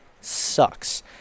sucks